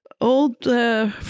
old